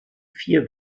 vier